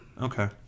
Okay